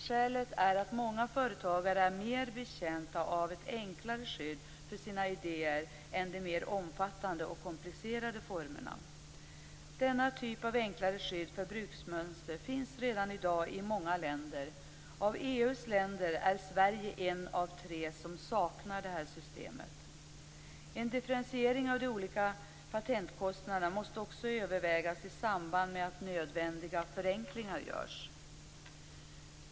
Skälet är att många företagare är mer betjänta av ett enklare skydd för sina idéer än de mer omfattande och komplicerade formerna. Denna typ av enklare skydd för bruksmönster finns redan i dag i många länder. Av EU:s länder är Sverige ett av tre som saknar detta system. En differentiering av de olika patentkostnaderna måste också övervägas i samband med att nödvändiga förenklingar görs.